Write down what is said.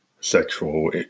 sexual